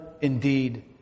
indeed